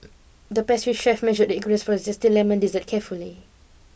the pastry chef measured the ingredients for a zesty lemon dessert carefully